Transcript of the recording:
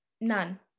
none